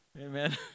Amen